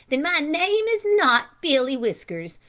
then my name is not billy whiskers.